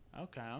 okay